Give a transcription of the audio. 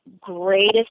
greatest